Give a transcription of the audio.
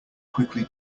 quickly